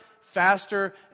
faster